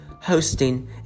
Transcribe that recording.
hosting